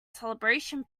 celebration